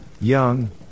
young